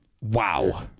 Wow